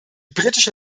britische